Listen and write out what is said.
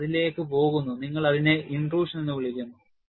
അവർ അതിലേക്ക് പോകുന്നു നിങ്ങൾ അതിനെ ഇന്റട്രൂഷൻ എന്ന് വിളിക്കുന്നു